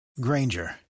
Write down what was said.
Granger